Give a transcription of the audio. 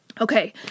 Okay